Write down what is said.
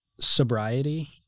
sobriety